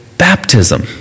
baptism